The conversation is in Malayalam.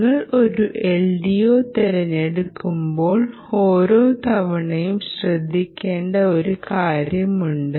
നിങ്ങൾ ഒരു LDO തിരഞ്ഞെടുക്കുമ്പോൾ ഓരോ തവണയും ശ്രദ്ധിക്കേണ്ട ഒരു കാര്യം ഉണ്ട്